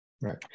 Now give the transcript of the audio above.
Right